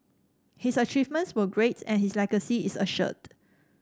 his achievements were great and his legacy is assured